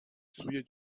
سوی